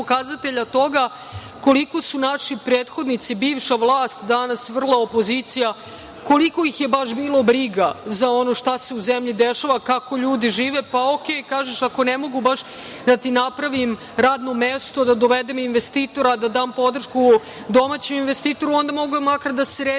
toga koliko su naši prethodnici, bivša vlast, danas vrla opozicija koliko ih je baš bilo briga za ono šta se u zemlji dešava, kako ljudi žive, pa OK, kažeš, ako ne mogu baš da ti napravim radno mesto, da dovedem investitora, da dam podršku domaćem investitoru, onda mogu makar da sredim